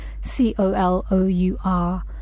C-O-L-O-U-R